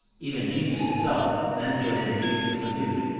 even genius itself then feels rebuked and subdued,